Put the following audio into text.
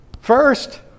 First